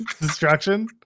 Destruction